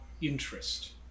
interest